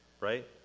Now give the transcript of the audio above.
right